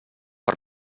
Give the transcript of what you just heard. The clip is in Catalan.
per